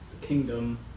kingdom